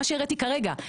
ממה שהראיתי כרגע,